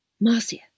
Marcia